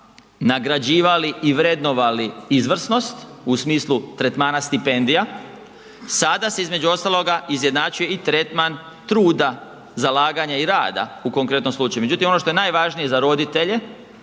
nagrađivali i vrednovali izvrsnost u smislu tretmana stipendija, sada se, između ostaloga izjednačuje i tretman truda, zalaganja i rada u konkretnom slučaju. Međutim, ono što je najvažnije za roditelje